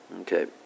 Okay